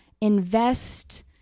invest